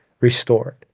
restored